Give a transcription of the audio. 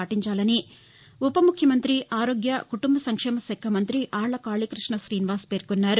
పాటించాలని ఉపముఖ్యమంతి ఆరోగ్య కుటుంబ సంక్షేమ శాఖ మంతి ఆళ్ల కాళీ కృష్ణ గ్రశీనివాస్ పేర్కొన్నారు